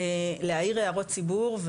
להעיר הערות ציבור,